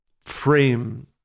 frame